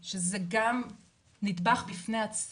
ויש ילדי אסירי עולם שזה גם נדבך בפני עצמו,